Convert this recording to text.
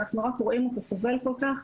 אנחנו רק רואים אותו סובל כל כך,